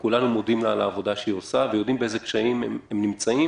וכולנו מודים לה על העבודה שהיא עושה ויודעים באלו קשיים הם נמצאים.